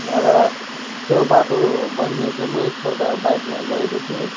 र त्यो बाटो बनिने समय एउटा बाइकमा गएको थिएँ